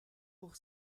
pour